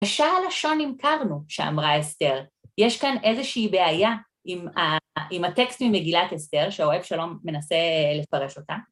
השעה על לשון נמכרנו, שאמרה אסתר. יש כאן איזושהי בעיה עם ה... עם הטקסט ממגילת אסתר, שאוהב שלום מנסה לפרש אותה?